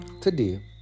Today